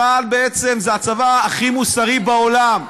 צה"ל בעצם זה הצבא הכי מוסרי בעולם.